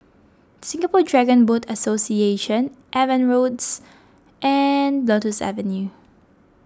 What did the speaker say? Singapore Dragon Boat Association Evans Roads and Lotus Avenue